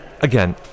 Again